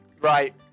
Right